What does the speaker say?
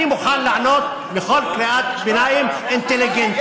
אני מוכן לענות לכל קריאת ביניים אינטליגנטית.